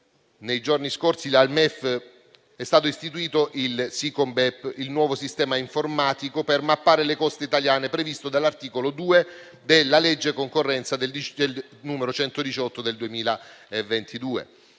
nei giorni scorsi dal MEF è stato istituito il Siconbep, il nuovo sistema informatico per mappare le coste italiane, previsto dall'articolo 2 della legge concorrenza n. 118 del 2022.